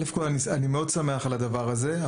אני מאוד שמח על הדבר הזה,